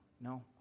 No